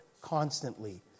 constantly